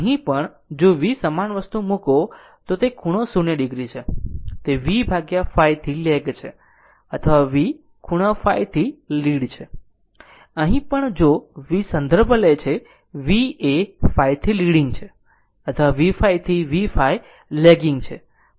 અહીં પણ જો v સમાન વસ્તુ મુકો તો તે ખૂણો 0 o છે V ϕ થી લેગ છે અથવા v ખૂણા ϕ થી લીડ છે અહીં પણ જો v સંદર્ભ લે છે v એ ϕ થી લીડીંગ છે અથવા v ϕ થી v ϕ લેગીંગ છે